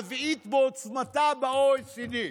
הרביעית בעוצמתה ב-OECD.